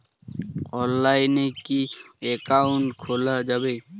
অনলাইনে কি অ্যাকাউন্ট খোলা যাবে?